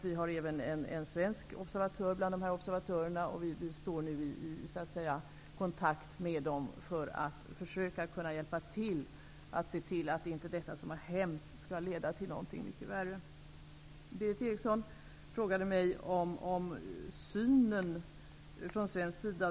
Vi har även en svensk observatör bland de här observatörerna, och vi står nu i kontakt med dem för att försöka hjälpa till att se till att inte detta som har hänt skall leda till någonting mycket värre. Berith Eriksson frågade mig om synen från svensk sida.